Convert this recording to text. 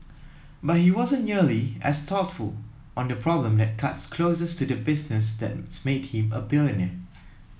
but he wasn't nearly as thoughtful on the problem that cuts closest to the business that's made him a billionaire